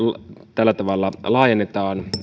tällä tavalla laajennetaan